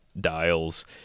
dials